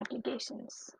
applications